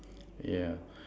yeah